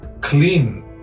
clean